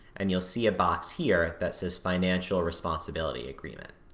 and you'll see a box here that says, financial responsibility agreement.